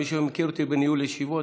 מי שמכיר אותי בניהול ישיבות,